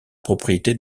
propriété